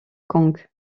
kong